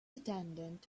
attendant